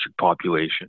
population